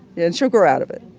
and she'll grow out of it.